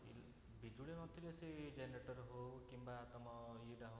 ଇ ବିଜୁଳି ନଥିଲେ ସେଇ ଜେନେରେଟର ହଉ କିମ୍ବା ତମ ଇଏ ଟା ହଉ